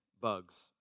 bugs